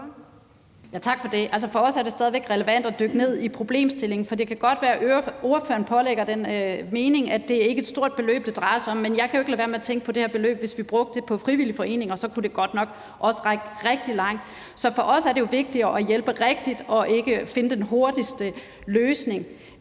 Tak for det. Altså, for os er det stadig væk relevant at dykke ned i problemstillingen, for det kan godt være, at ordføreren pålægger os den mening, at det ikke er et stort beløb, det drejer sig om, men jeg kan jo ikke lade være med at tænke på, at hvis vi brugte det her beløb på frivillige foreninger, kunne det godt nok også række rigtig langt. Så for os er det jo vigtigere at hjælpe rigtigt, ikke at finde den hurtigste løsning.